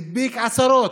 הדביק עשרות.